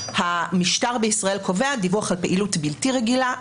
המשטר בישראל קובע דיווח על פעילות בלתי רגילה,